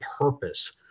purpose